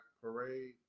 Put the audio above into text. Parade